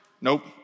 Nope